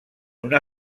una